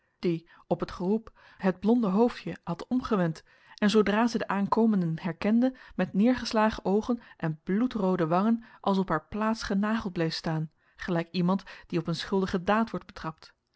die op het geroep het blonde hoofdje had omgewend en zoodra zij de aankomenden herkende met neergeslagen oogen en bloedroode wangen als op haar plaats genageld bleef staan gelijk iemand die op een schuldige daad wordt betrapt